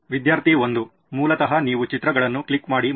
ವಿದ್ಯಾರ್ಥಿ 1 ಮೂಲತಃ ನೀವು ಚಿತ್ರಗಳನ್ನು ಕ್ಲಿಕ್ ಮಾಡಿ ಮತ್ತು